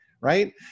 Right